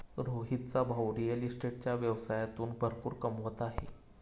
रोहितचा भाऊ रिअल इस्टेटच्या व्यवसायातून भरपूर कमवत आहे